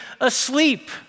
asleep